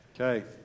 okay